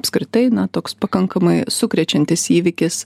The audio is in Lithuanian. apskritai na toks pakankamai sukrečiantis įvykis